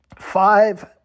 five